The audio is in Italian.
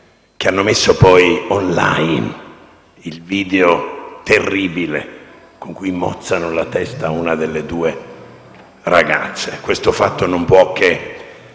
che hanno messo poi *online* il video terribile nel quale si vede mozzare la testa a una delle due ragazze. Questo fatto non può che